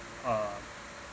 a